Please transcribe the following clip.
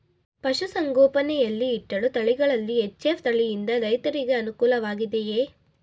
ಪಶು ಸಂಗೋಪನೆ ಯಲ್ಲಿ ಇಟ್ಟಳು ತಳಿಗಳಲ್ಲಿ ಎಚ್.ಎಫ್ ತಳಿ ಯಿಂದ ರೈತರಿಗೆ ಅನುಕೂಲ ವಾಗಿದೆಯೇ?